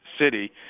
city